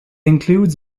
includes